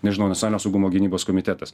nežinau nacionalinio saugumo gynybos komitetas